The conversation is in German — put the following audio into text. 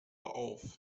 auf